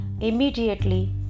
Immediately